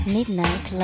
Midnight